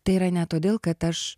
tai yra ne todėl kad aš